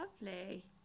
lovely